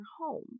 home